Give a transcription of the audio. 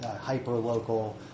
hyper-local